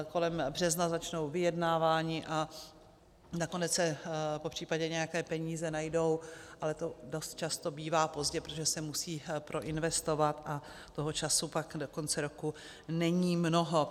Kolem března začnou vyjednávání a nakonec se popř. nějaké peníze najdou, ale to dost často bývá pozdě, protože se musí proinvestovat a toho času pak do konce roku není mnoho.